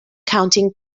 counting